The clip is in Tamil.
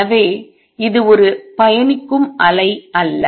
எனவே இது ஒரு பயணிக்கும் அலை அல்ல